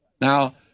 Now